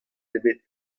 ebet